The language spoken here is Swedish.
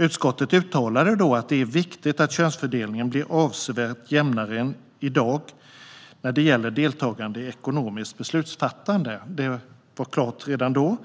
Utskottet uttalade då att det är viktigt att könsfördelningen blir avsevärt jämnare än i dag när det gäller deltagande i ekonomiskt beslutsfattande; det var klart redan då.